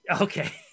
okay